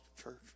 church